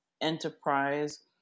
enterprise